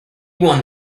won